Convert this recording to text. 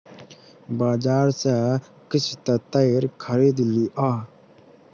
बजार सॅ किछ तेतैर खरीद लिअ